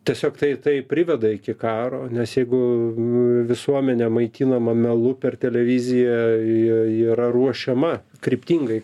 tiesiog tai tai priveda iki karo nes jeigu visuomenė maitinama melu per televiziją yra ruošiama kryptingai